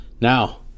Now